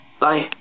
Bye